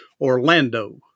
Orlando